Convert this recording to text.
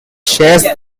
shares